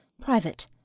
Private